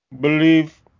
believe